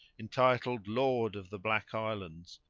entitled lord of the black islands,